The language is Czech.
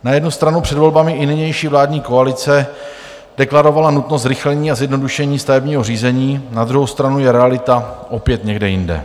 Na jednu stranu před volbami i nynější vládní koalice deklarovala nutnost zrychlení a zjednodušení stavebního řízení, na druhou stranu je realita opět někde jinde.